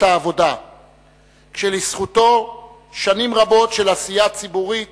העבודה כשלזכותו שנים רבות של עשייה ציבורית